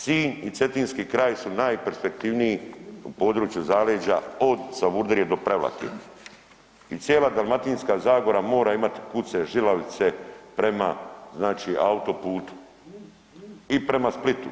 Sinj i cetinski kraj su najperspektivniji u području zaleđa od Savudrije do Prevlake i cijela Dalmatinska zagora mora imati kuce žilavice prema znači autoputu i prema Splitu.